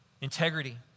Integrity